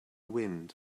wind